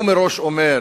הוא מראש אומר: